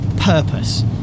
purpose